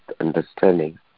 understanding